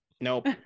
Nope